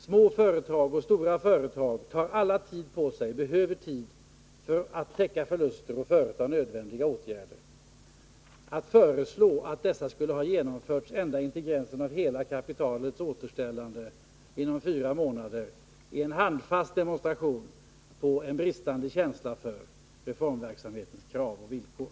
Små företag och stora företag tar alla tid på sig, behöver tid, för att täcka förluster och vidta nödvändiga åtgärder. Att föreslå att sådana åtgärder skulle ha genomförts ända intill gränsen av hela kapitalets återställande inom fyra månader är en handfast demonstration på en bristande känsla för reformverksamhetens krav och villkor.